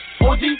OG